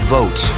Vote